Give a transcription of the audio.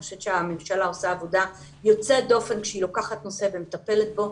אני חושבת שהממשלה עושה עבודה יוצאת דופן כשהיא לוקחת נושא ומטפלת בו.